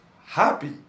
happy